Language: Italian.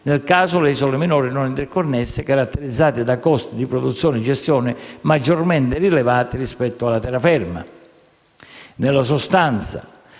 (nel caso, le isole minori non interconnesse caratterizzate da costi di produzione o gestione maggiormente rilevanti rispetto alla terraferma).